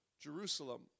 Jerusalem